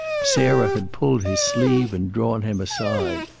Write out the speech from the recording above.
sarah had pulled his sleeve and drawn him aside.